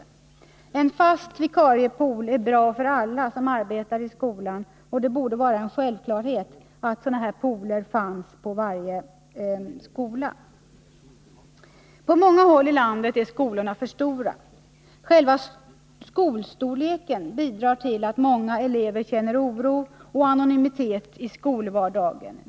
En fast vikariepool är bra för alla som arbetar i skolan, och det borde vara en självklarhet att sådana pooler fanns på varje skola. På många håll i landet är skolorna för stora. Själva skolstorleken bidrar till att många elever känner oro och anonymitet i skolvardagen.